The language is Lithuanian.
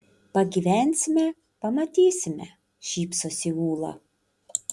pagyvensime pamatysime šypsosi ūla